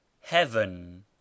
heaven